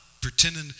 pretending